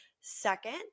Second